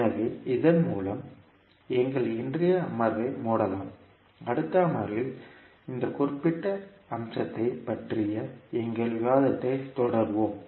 எனவே இதன் மூலம் எங்கள் இன்றைய அமர்வை மூடலாம் அடுத்த அமர்வில் இந்த குறிப்பிட்ட அம்சத்தைப் பற்றிய எங்கள் விவாதத்தையும் தொடருவோம்